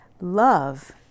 Love